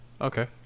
Okay